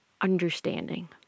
understanding